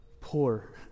Poor